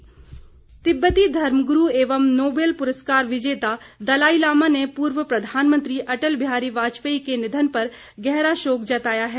दलाईलामा तिब्बती धर्मगुरू एवं नोबेल पुरस्कार विजेता दलाईलामा ने पूर्व प्रधानमंत्री अटल बिहारी वाजपेयी के निधन पर गहरा शोक जताया है